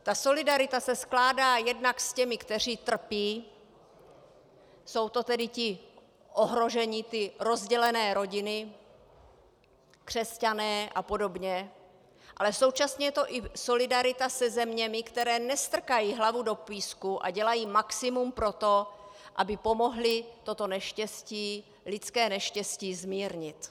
Ta solidarita se skládá jednak s těmi, kteří trpí, jsou to tedy ti ohrožení, ty rozdělené rodiny, křesťané apod., ale současně je to i solidarita se zeměmi, které nestrkají hlavu do písku a dělají maximum pro to, aby pomohly toto neštěstí, lidské neštěstí, zmírnit.